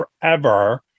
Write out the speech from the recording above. forever